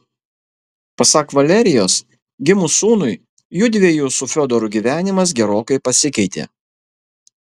pasak valerijos gimus sūnui judviejų su fiodoru gyvenimas gerokai pasikeitė